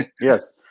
Yes